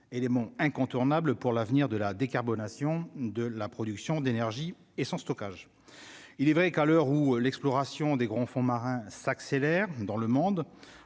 élément incontournable pour l'avenir de la décarbonation de la production d'énergie et son stockage, il est vrai qu'à l'heure où l'exploration des grands fonds marins s'accélère dans le monde,